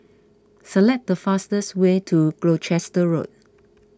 select the fastest way to Gloucester Road